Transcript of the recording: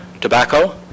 Tobacco